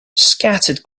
scattered